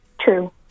True